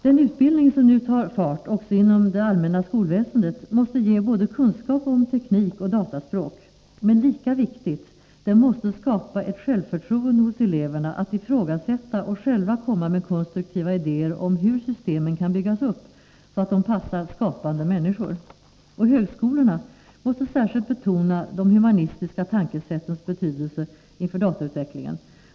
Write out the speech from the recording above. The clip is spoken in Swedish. Den utbildning som nu tar fart också inom det allmänna skolväsendet måste ge kunskap om teknik och dataspråk, men lika viktigt är: den måste skapa ett självförtroende hos eleverna att ifrågasätta och själva komma med konstruktiva idéer om hur systemen kan byggas upp så att de passar skapande människor. Högskolorna måste särskilt betona de humanistiska tankesättens betydelse inför datautvecklingen.